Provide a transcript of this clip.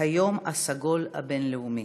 היום הסגול הבין-לאומי.